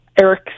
Eric